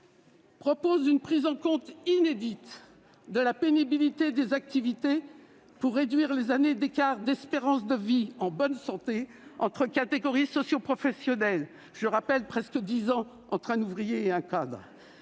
proposent une prise en compte inédite de la pénibilité des activités en vue de réduire les années d'écart d'espérance de vie en bonne santé entre catégories socioprofessionnelles- je rappelle que cet écart est de presque dix ans entre un ouvrier et un cadre.